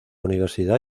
universidad